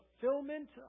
fulfillment